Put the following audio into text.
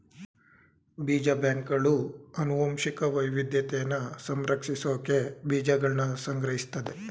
ಬೀಜ ಬ್ಯಾಂಕ್ಗಳು ಅನುವಂಶಿಕ ವೈವಿದ್ಯತೆನ ಸಂರಕ್ಷಿಸ್ಸೋಕೆ ಬೀಜಗಳ್ನ ಸಂಗ್ರಹಿಸ್ತದೆ